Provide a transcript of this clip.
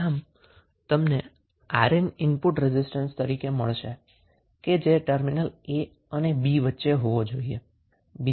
આમ તમને 𝑅𝑁 input resistance તરીકે મળશે જે ટર્મિનલ a અને b ની વચ્ચે હોવા જોઈએ